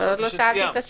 עוד לא שאלתי את השאלה.